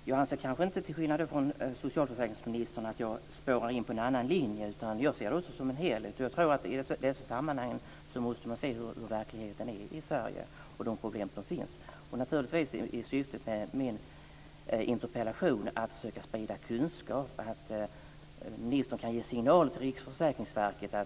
Herr talman! Jag anser inte, till skillnad från socialförsäkringsministern, att jag spårar in på en annan linje, utan jag sitter detta som en helhet. Jag tror att man i det här sammanhanget måste se hur verkligheten är i Sverige och på de problem som finns. Naturligtvis är syftet med min interpellation att försöka sprida kunskap och att ministern ska ge en signal till Riksförsäkringsverket om